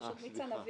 יש עוד מיץ ענבים.